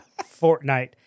Fortnite